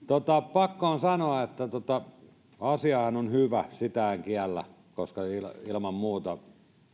pakko on sanoa että asiahan on hyvä sitä en kiellä koska ilman muuta